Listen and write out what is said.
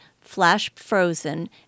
flash-frozen